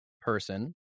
person